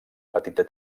petita